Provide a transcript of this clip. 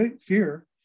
fear